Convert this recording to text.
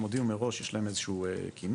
הם הודיעו מראש שיש להם איזה שהוא כינוס,